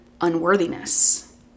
unworthiness